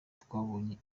twabonye